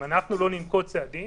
אם אנחנו לא ננקוט צעדים